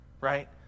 right